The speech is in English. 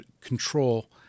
control